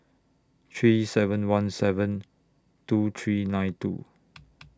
three seven one seven two three nine two